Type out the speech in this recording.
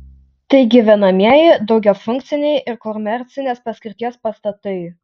tai gyvenamieji daugiafunkciai ir komercinės paskirties pastatai